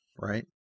right